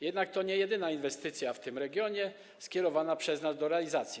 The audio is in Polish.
Jednak to nie jedyna inwestycja w tym regionie skierowana przez nas do realizacji.